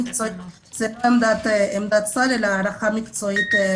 זו לא עמדת שר אלא הערכה מקצועית.